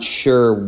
sure